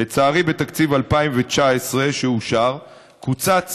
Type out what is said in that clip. לצערי, בתקציב 2019 שאושר קוצץ